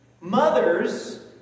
mothers